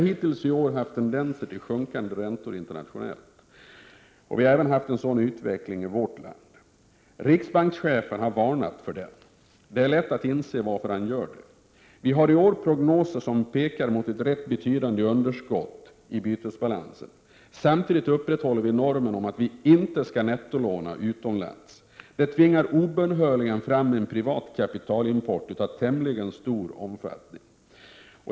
Hittills i år har det varit tendenser till sjunkande räntor internationellt sett, och även i vårt land har det varit en sådan utveckling. Riksbankschefen har varnat för detta. Det är lätt att inse varför han gör det. Prognoserna pekar i år mot ett rätt betydande underskott i bytesbalansen. Samtidigt upprätthåller vi normen om att inte nettoupplåna utomlands. Detta tvingar obönhörligen fram en privat kapitalimport av tämligen stor omfattning.